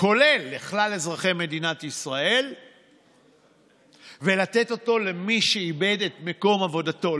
כולל לכלל אזרחי מדינת ישראל ולתת אותו למי שאיבד את מקום עבודתו,